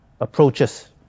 approaches